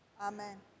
Amen